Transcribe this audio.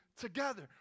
together